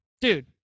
dude